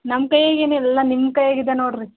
ನಮ್ಮ ಕೈಯಾಗೆ ಏನಿಲ್ಲ ಎಲ್ಲ ನಿಮ್ಮ ಕೈಗೆ ಇದೆ ನೋಡಿರಿ